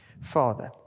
Father